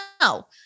No